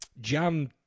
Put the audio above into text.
jam